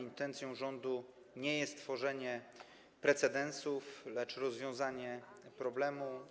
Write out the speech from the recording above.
Intencją rządu nie jest tworzenie precedensów, lecz rozwiązanie problemu.